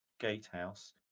Gatehouse